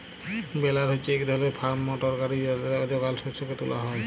বেলার হছে ইক ধরলের ফার্ম মটর গাড়ি যেটতে যগাল শস্যকে তুলা হ্যয়